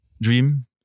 dream